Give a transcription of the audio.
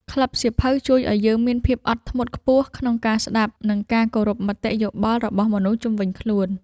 ក្លឹបសៀវភៅជួយឱ្យយើងមានភាពអត់ធ្មត់ខ្ពស់ក្នុងការស្ដាប់ និងការគោរពមតិយោបល់របស់មនុស្សជុំវិញខ្លួន។